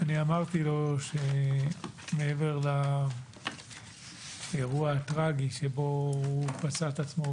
אמרתי לו שמעבר לאירוע הטרגי שבו הוא פצע את עצמו